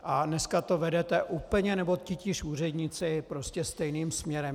A dneska to vedete úplně, nebo titíž úředníci, stejným směrem.